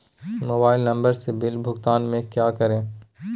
Mobile number से bill भुगतान में क्या करें?